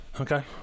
Okay